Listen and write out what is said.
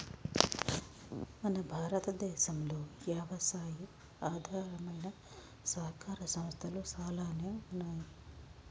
మన భారతదేసంలో యవసాయి ఆధారమైన సహకార సంస్థలు సాలానే ఉన్నాయి